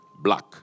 black